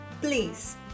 Please